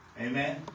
Amen